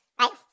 right